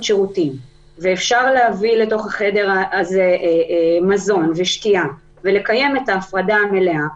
ושירותים ואפשר להביא לתוכו מזון ושתייה ולקיים הפרדה מלאה,